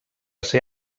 ser